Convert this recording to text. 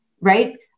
right